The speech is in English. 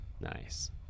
Nice